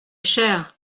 cher